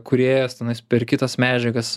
kūrėjas tenais perki tas medžiagas